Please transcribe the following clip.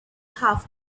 half